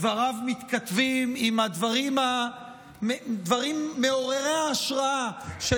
דבריו מתכתבים עם הדברים מעוררי ההשראה של